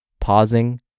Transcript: pausing